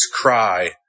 cry